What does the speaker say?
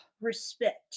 Respect